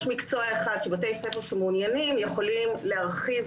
יש מקצוע אחד שבתי ספר שמעוניינים יכולים להרחיב